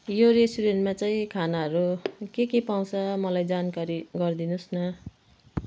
यो रेस्टुरेन्टमा चाहिँ खानाहरू के के पाउँछ मलाई जानकारी गरिदिनु होस् न